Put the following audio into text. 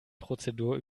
prozedur